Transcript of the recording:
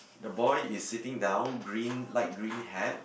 the boy is sitting down green light green hat